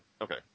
okay